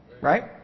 Right